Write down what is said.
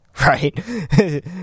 right